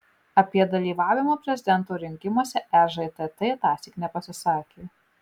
apie dalyvavimą prezidento rinkimuose ežtt tąsyk nepasisakė